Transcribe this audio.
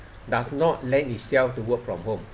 does not let itself to work from home